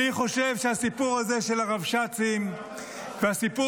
אני חושב שהסיפור הזה של הרבש"צים והסיפור